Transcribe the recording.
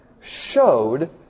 showed